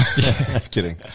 kidding